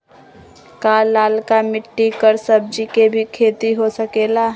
का लालका मिट्टी कर सब्जी के भी खेती हो सकेला?